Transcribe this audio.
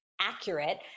accurate